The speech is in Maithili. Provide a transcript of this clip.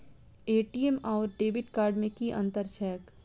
ए.टी.एम आओर डेबिट कार्ड मे की अंतर छैक?